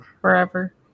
forever